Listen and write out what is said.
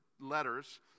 letters